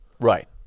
Right